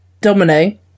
Domino